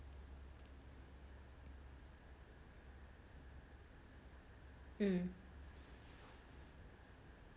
mm